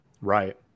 Right